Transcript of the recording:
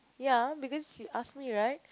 ya because she ask me right